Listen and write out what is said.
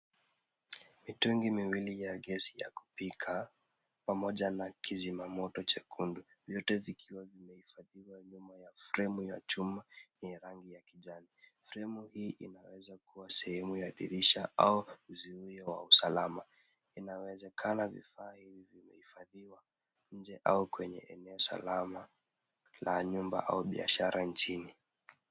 Mitungi miwili ya gesi ya kupika pamoja na kizima moto cha chekundu vyote vikiwa vimehifadhiwa nyuma ya fremu ya chuma yenye rangi ya kijani. Fremu hii inaweza kuwa sehemu ya dirisha au uzuio wa usalama. Inawezekana vifaa hivi vimehifadhiwa nje au kwenye eneo salama la nyumba au biashara nchini.